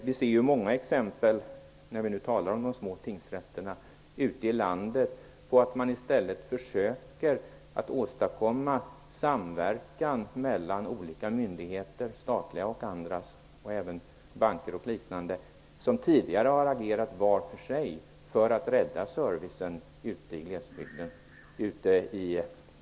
Vi ser många exempel ute i landet på att de små tingsrätterna, för att rädda servicen i glesbygden, i stället för att centralisera försöker att åstadkomma samverkan mellan statliga och andra myndigheter och även med banker och liknande inrättningar som tidigare har agerat var och en för sig.